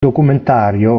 documentario